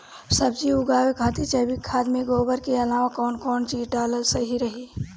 सब्जी उगावे खातिर जैविक खाद मे गोबर के अलाव कौन कौन चीज़ डालल सही रही?